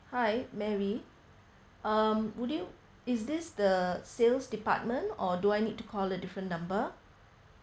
hi mary um would you is this the sales department or do I need to call a different number